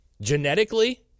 genetically